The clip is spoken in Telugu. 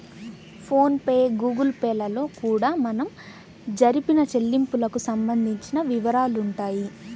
ఫోన్ పే గుగుల్ పే లలో కూడా మనం జరిపిన చెల్లింపులకు సంబంధించిన వివరాలుంటాయి